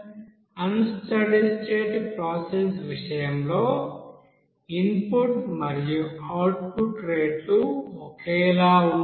అన్ study state process విషయంలో input మరియు output రేట్లు ఒకేలా ఉండవు